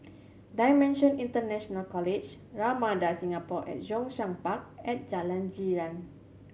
Dimensions International College Ramada Singapore at Zhongshan Park and Jalan Girang